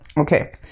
okay